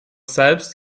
selbst